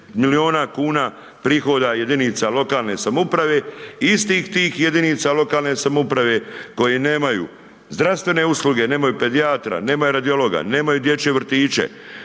miliona kuna prihoda jedinica lokalne samouprave, istih tih jedinica lokalne samouprave koje nemaju zdravstvene usluge, nemaju pedijatra, nemaju radiologa, nemaju dječje vrtiće,